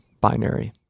binary